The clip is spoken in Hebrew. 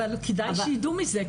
אבל כדאי שידעו מזה.